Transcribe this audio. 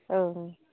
ओं